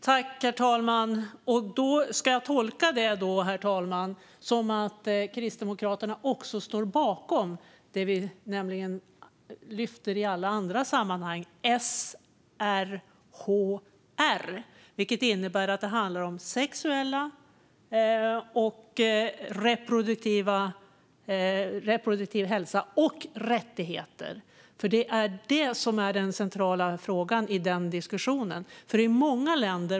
Herr talman! Ska jag tolka detta som att Kristdemokraterna också står bakom det som vi lyfter upp i alla sammanhang, nämligen SRHR, vilket innebär att det handlar om sexuell och reproduktiv hälsa och rättigheter . Det är detta som är den centrala frågan i diskussionen.